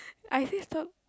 I say stop